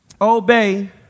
Obey